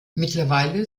mittlerweile